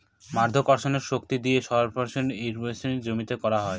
মাধ্যাকর্ষণের শক্তি দিয়ে সারফেস ইর্রিগেশনে জমিতে করা হয়